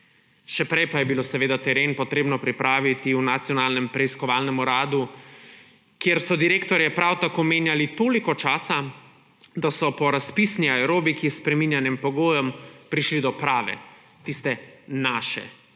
Še prej pa je bilo treba seveda teren pripraviti v Nacionalnem preiskovalnem uradu, kjer so direktorje prav tako menjali toliko časa, da so po razpisni aerobiki s spreminjanjem pogojev prišli do prave, tiste naše,